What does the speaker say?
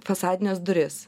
fasadines duris